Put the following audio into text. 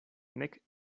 nek